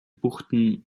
buchten